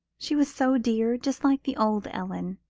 she was so dear just like the old ellen.